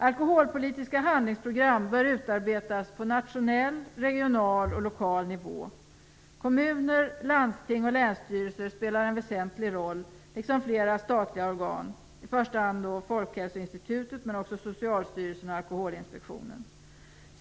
Alkoholpolitiska handlingsprogram bör utarbetas på nationell, regional och lokal nivå. Kommuner, landsting och länsstyrelser spelar en väsentlig roll liksom flera statliga organ, i första hand Folkhälsoinstitutet men också Socialstyrelsen och Alkoholinspektionen.